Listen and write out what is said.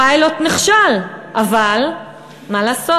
הפיילוט נכשל, אבל מה לעשות?